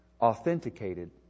authenticated